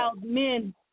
men